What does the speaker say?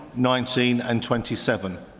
nineteen and twenty seven.